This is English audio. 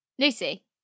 Lucy